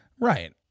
Right